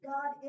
God